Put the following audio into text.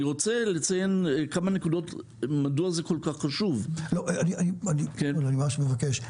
אני רוצה לציין כמה נקודות מדוע זה כל כך חשוב --- אני ממש מבקש: